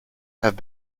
have